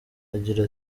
agira